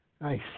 Nice